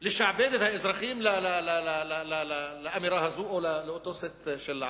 לשעבד את האזרחים לאמירה הזאת או לאותו סט ערכים.